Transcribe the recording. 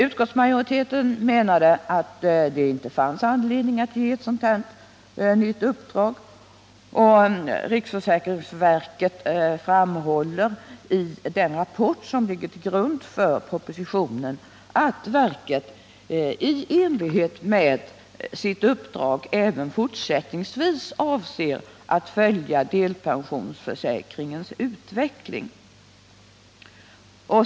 Utskottsmajoriteten anser att det inte finns anledning att ge ett sådant nytt uppdrag, och riksförsäkringsverket framhåller i den rapport som ligger till grund för propositionen att verket i enlighet med sitt uppdrag även fortsättningsvis avser att följa delpensionsförsäkringens utveckling.